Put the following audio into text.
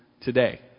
today